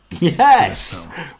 Yes